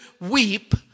weep